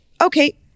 Okay